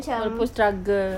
kita pun struggle